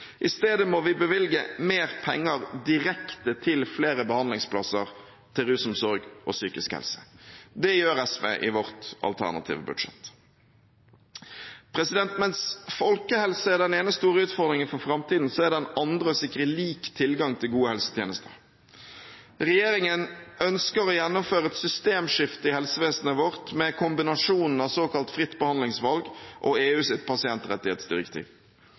I stedet må vi bevilge mer penger direkte til flere behandlingsplasser til rusomsorg og psykisk helse. Det gjør SV i sitt alternative budsjett. Mens folkehelse er den ene store utfordringen for framtiden, så er den andre å sikre lik tilgang til gode helsetjenester. Regjeringen ønsker å gjennomføre et systemskifte i helsevesenet vårt med kombinasjonen av såkalt fritt behandlingsvalg og EUs pasientrettighetsdirektiv. Det innebærer å akseptere at helsetjenester skal omsettes i et